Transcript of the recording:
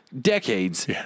decades